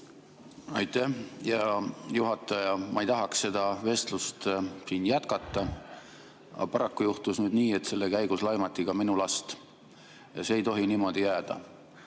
Aitäh, hea juhataja! Ma ei tahaks seda vestlust siin jätkata, aga paraku juhtus nüüd nii, et selle käigus laimati ka minu last, ja see ei tohi niimoodi jääda.